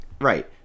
Right